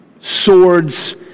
swords